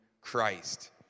Christ